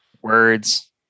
words